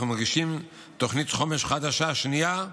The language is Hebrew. אנחנו מגישים תוכנית חומש חדשה, שנייה,